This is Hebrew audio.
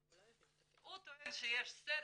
הוא טוען שיש סרט,